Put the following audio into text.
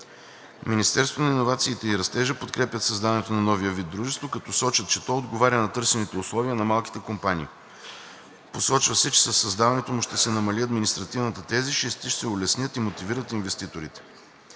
Министерството на иновациите и растежа подкрепят създаването на новия вид дружество, като сочат, че дружеството с променлив капитал отговаря на търсените условия на малките компании. Посочва се, че със създаването му ще се намали административната тежест и ще се улеснят и мотивират инвеститорите.